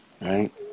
Right